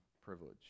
privilege